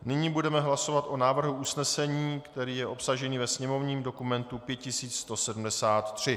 Nyní budeme hlasovat o návrhu usnesení, který je obsažen ve sněmovním dokumentu 5173.